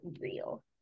real